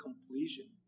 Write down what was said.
completion